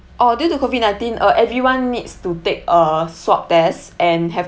oh due to COVID nineteen uh everyone needs to take a swab test and have